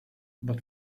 but